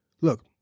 look